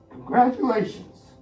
Congratulations